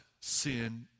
sin